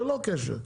ללא קשר.